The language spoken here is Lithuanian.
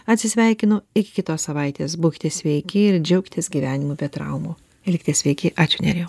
atsisveikinu iki kitos savaitės būkite sveiki ir džiaukitės gyvenimu be traumų likite sveiki ačiū nerijau